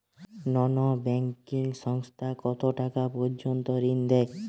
নন banking সংস্থা কতটাকা পর্যন্ত ঋণ দেয়?